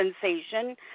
sensation